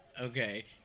Okay